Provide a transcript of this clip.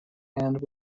and